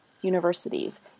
universities